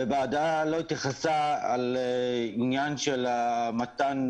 הוועדה לא התייחסה לעניין של מתן